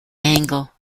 angle